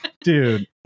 Dude